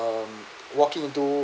um walking into